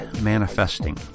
manifesting